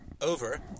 over